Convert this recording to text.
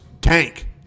Tank